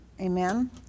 Amen